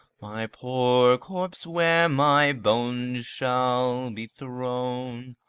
my poor corpse, where my bones shall be thrown.